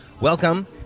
Welcome